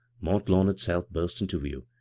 mont-lawn itself, burst into view,